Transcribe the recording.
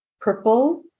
Purple